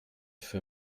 für